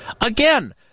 Again